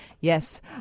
Yes